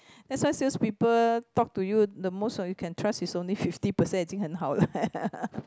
that's why sales people talk to you the most you can trust is only fifty percent 已经很好了 eh